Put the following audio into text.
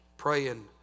Praying